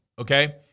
Okay